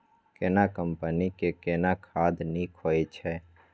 केना कंपनी के केना खाद नीक होय छै?